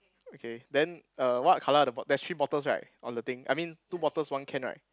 okay then uh what colour are the bo~ there's three bottles right on the thing I mean two bottles one can right